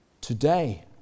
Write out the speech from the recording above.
Today